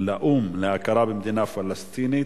לאו"ם להכרה במדינה פלסטינית,